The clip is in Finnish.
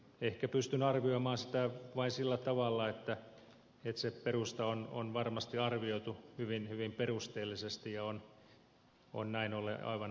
ehkä pystyn arvioimaan sitä vain sillä tavalla että se perusta on varmasti arvioitu hyvin hyvin perusteellisesti ja on näin ollen aivan oikea